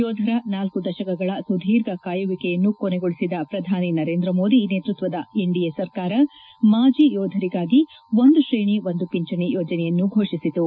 ಯೋಧರ ನಾಲ್ಲು ದಶಕಗಳ ಸುದೀರ್ಘ ಕಾಯುವಿಕೆಯನ್ನು ಕೊನೆಗೊಳಿಸಿದ ಕ್ರಧಾನಿ ನರೇಂದ್ರ ಮೋದಿ ನೇತೃತ್ವದ ಎನ್ಡಿಎ ಸರ್ಕಾರ ಮಾಜಿ ಯೋಧರಿಗಾಗಿ ಒಂದು ತ್ರೇಣಿ ಒಂದು ಪಿಂಚಣಿ ಯೋಜನೆಯನ್ನು ಫೋಷಿಸಿತು